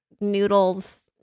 noodles